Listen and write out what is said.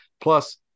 Plus